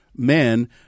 men